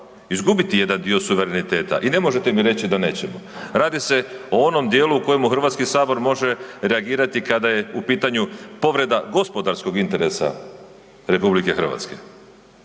izgubiti jedan dio suvereniteta i ne možete mi reći da nećemo, radi se o onom djelu u kojemu Hrvatski sabor može reagirati kada je u pitanu povreda gospodarskog interesa RH. Ne samo